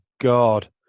God